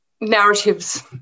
narratives